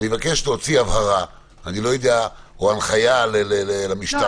אני מבקש להוציא הבהרה או הנחיה למשטרה,